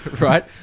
Right